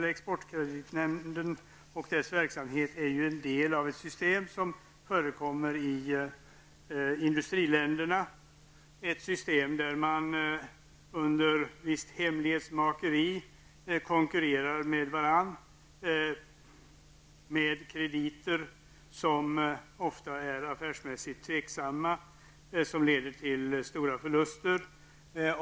EKN och dess verksamhet är en del av ett system som förekommer i industriländerna, ett system där man under visst hemlighetsmakeri konkurrerar med varandra med hjälp av krediter som ofta är affärsmässigt tvivelaktiga och leder till stora förluster.